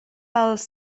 els